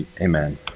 amen